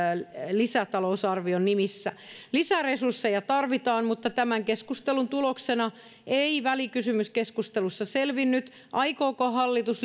lisätalousarvion nimissä lisäresursseja tarvitaan mutta tämän keskustelun tuloksena ei välikysymyskeskustelussa selvinnyt aikooko hallitus